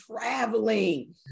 traveling